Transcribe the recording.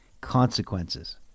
consequences